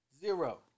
Zero